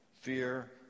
Fear